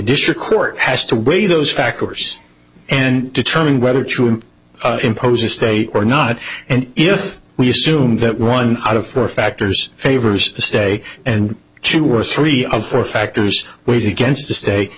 district court has to weigh those factors and determine whether true impose a state or not and if we assume that one out of four factors favors a stay and two or three of the factors was against the st